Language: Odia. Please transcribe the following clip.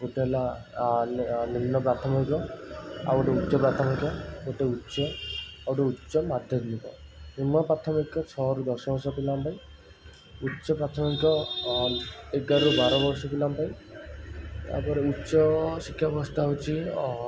ଗୋଟେ ହେଲା ଆ ନିମ୍ନ ପ୍ରାଥମିକ ଆଉ ଗୋଟେ ଉଚ୍ଚ ପ୍ରାଥମିକ ଆଉ ଗୋଟେ ଉଚ୍ଚ ଗୋଟେ ଉଚ୍ଚ ମାଧ୍ୟମିକ ନିମ୍ନ ପ୍ରାଥମିକ ଛଅରୁ ଦଶବର୍ଷ ପିଲାଙ୍କ ପାଇଁ ଉଚ୍ଚ ପ୍ରାଥମିକ ଏଗାରରୁ ବାରବର୍ଷ ପିଲାଙ୍କ ପାଇଁ ତା'ପରେ ଉଚ୍ଚଶିକ୍ଷା ବ୍ୟବସ୍ଥା ହେଉଛି ଅ